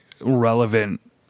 relevant